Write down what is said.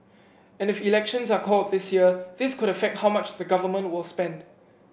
and if elections are called this year this could affect how much the Government will spend